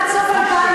עד סוף 2017,